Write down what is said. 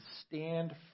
stand